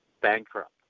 bankrupt